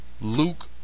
Luke